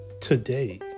Today